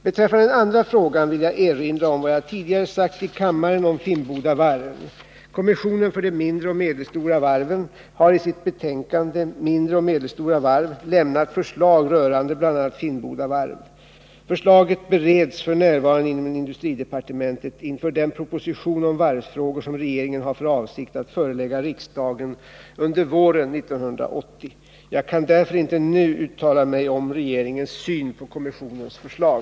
Beträffande den andra frågan vill jag erinra om vad jag tidigare sagt i kammaren om Finnboda varv. Kommissionen för de min2re och medelstora varven har i sitt betänkande Mindre och medelstora varv, lämnat förslag rörande bl.a. Finnboda varv. Förslaget bereds f. n. inom industridepartementet inför den proposition om varvsfrågor som regeringen har för avsikt att förelägga riksdagen under våren 1980. Jag kan därför inte nu uttala mig om regeringens syn på kommissionens förslag.